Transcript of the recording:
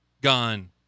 gone